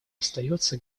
остается